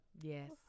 Yes